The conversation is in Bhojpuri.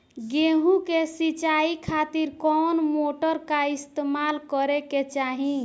गेहूं के सिंचाई खातिर कौन मोटर का इस्तेमाल करे के चाहीं?